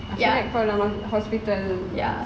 ya